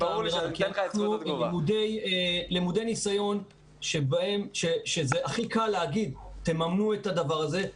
אנחנו למודי ניסיון שבהם הכי קל להגיד תממנו את הדבר הזה,